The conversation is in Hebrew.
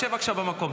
שב עכשיו במקום.